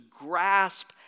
grasp